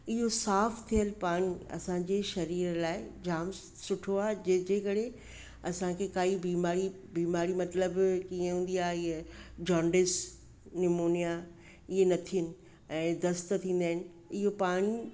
इहो साफ़ु थियलु पाणी असांजे शरीर लाइ जाम सुठो आहे जंहिंजे करे असांखे काई बीमारी बीमारी मतिलबु कीअं हूंदी आहे इहा जॉन्डिस निमोनिया इहे न थियनि ऐं दस्त थींदा आहिनि इहो पाणी